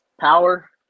Power